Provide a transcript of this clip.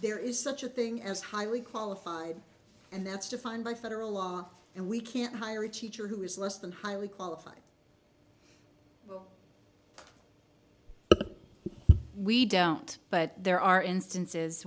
there is such a thing as highly qualified and that's defined by federal law and we can't hire a teacher who is less than highly qualified we don't but there are instances